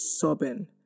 sobbing